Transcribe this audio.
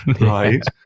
right